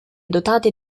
dotate